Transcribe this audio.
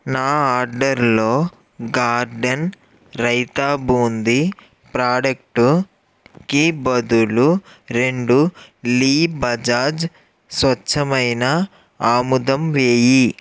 నా ఆర్డర్లో గార్డెన్ రైతా బూందీ ప్రాడక్టుకి బదులు రెండు లీ బజాజ్ స్వచ్ఛమైన ఆముదం వేయి